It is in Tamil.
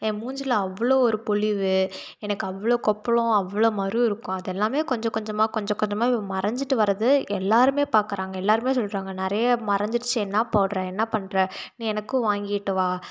என் மூஞ்சில் அவ்வளோ ஒரு பொழிவு எனக்கு அவ்வளோ கொப்பளம் அவ்வளோ மரு இருக்கும் அதெல்லாமே கொஞ்சம் கொஞ்சமாக கொஞ்சம் கொஞ்சமாக மறைஞ்சிட்டு வர்றது எல்லாேருமே பார்க்குறாங்க எல்லாேருமே சொல்கிறாங்க நிறைய மறைஞ்சிருச்சு என்ன போடுற என்ன பண்ணுற நீ எனக்கும் வாங்கிட்டு வா